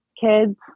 kids